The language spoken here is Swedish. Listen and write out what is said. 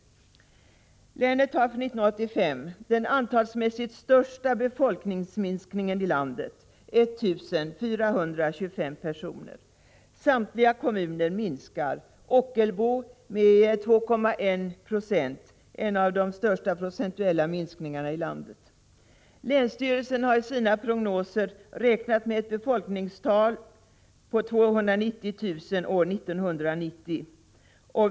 Länet har för 1985 den i siffror största befolkningsminskningen i landet, 1 425 personer. Samtliga kommuner minskar, Ockelbo med 2,1 960 en av de största procentuella minskningarna i landet. Länsstyrelsen har i sina prognoser för år 1990 räknat med en befolkning på 290 000.